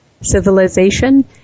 civilization